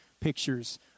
pictures